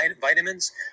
vitamins